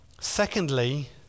Secondly